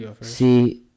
See